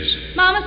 Mama